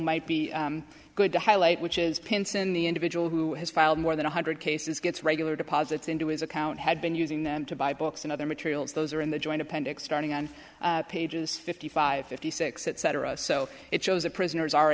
might be good to highlight which is pinson the individual who has filed more than one hundred cases gets regular deposits into his account had been using them to buy books and other materials those are in the joint appendix starting on pages fifty five fifty six etc so it shows that prisoners are